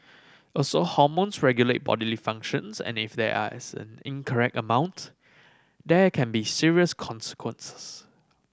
also hormones regulate bodily functions and if there are as an incorrect amount there can be serious consequences